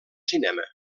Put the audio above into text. cinema